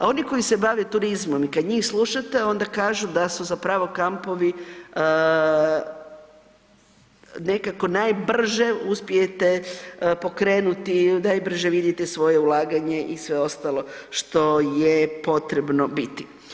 Oni koji se bave turizmom i kad njih slušate, onda kažu da su zapravo kampovi nekako najbrže uspijete pokrenuti, najbrže vidite svoje ulaganje i sve ostalo što je potrebno biti.